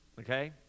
Okay